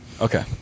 Okay